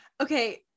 Okay